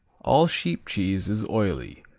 all sheep cheese is oily,